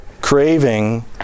craving